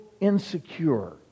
insecure